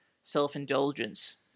self-indulgence